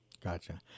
Gotcha